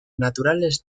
naturales